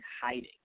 hiding